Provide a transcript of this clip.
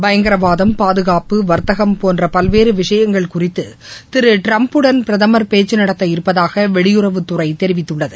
பயங்கரவாதம் பாதுகாப்பு வர்த்தகம் போன்ற பல்வேறு விஷயங்கள் குறித்து திரு ட்ரம்புடன் பிரதமர் பேச்சு நடத்த இருப்பதாக வெளியுறவுத்துறை தெரிவித்துள்ளது